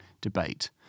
debate